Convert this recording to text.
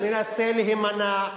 מנסה להימנע.